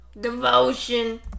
Devotion